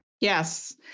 Yes